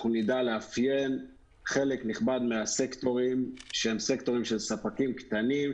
נדע לאפיין חלק נכבד מהסקטורים שהם סקטורים של ספקים קטנים,